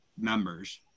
members